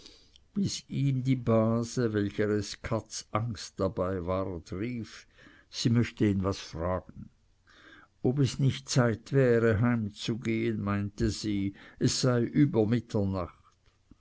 die base welcher es katzangst dabei ward rief sie möchte ihn was fragen ob es nicht zeit wäre heimzugehen meinte sie es sei über